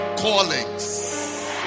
Callings